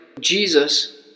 Jesus